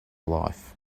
life